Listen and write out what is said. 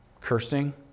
cursing